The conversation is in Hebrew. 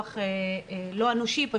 לא אנושי.